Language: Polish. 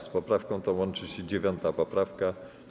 Z poprawką tą łączy się 9. poprawka.